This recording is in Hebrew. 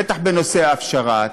בטח בנושא ההפשרה.